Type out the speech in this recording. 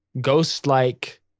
ghost-like